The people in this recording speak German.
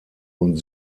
und